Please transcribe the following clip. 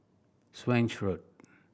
Swanage Road